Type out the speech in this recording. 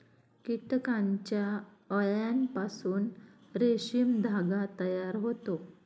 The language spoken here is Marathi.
कीटकांच्या अळ्यांपासून रेशीम धागा तयार होतो